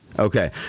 Okay